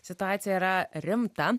situacija yra rimta